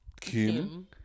Kim